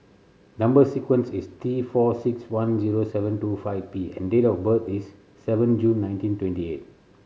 number sequence is T four six one zero seven two five P and date of birth is seven June nineteen twenty eight